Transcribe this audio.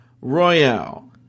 Royale